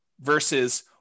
versus